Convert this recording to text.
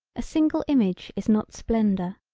a single image is not splendor.